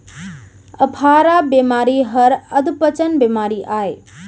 अफारा बेमारी हर अधपचन बेमारी अय